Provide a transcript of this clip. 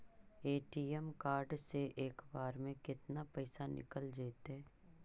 ATM card से एक बार में केतना पैसा निकल जइतै?